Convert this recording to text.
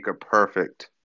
perfect